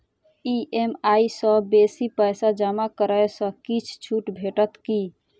EMI सँ बेसी पैसा जमा करै सँ किछ छुट भेटत की?